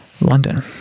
London